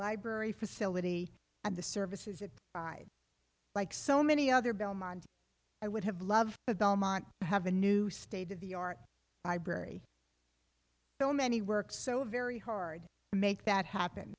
library facility and the services it like so many other belmont i would have loved the belmont have a new state of the art library so many works so very hard to make that happen